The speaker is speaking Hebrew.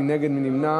מי נגד?